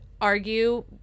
argue